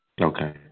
Okay